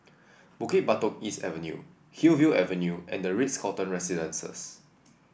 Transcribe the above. Bukit Batok East Avenue Hillview Avenue and the Ritz Carlton Residences